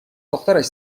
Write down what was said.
دخترش